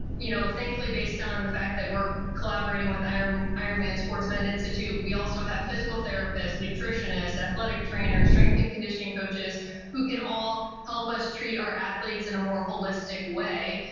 you know thankfully based on the fact that we're collaborating with ironman ironman sportsman institute, we also have physical therapists, nutritionists, athletic trainers, strength and conditioning coaches who can all help us treat our athletes in a more holistic way.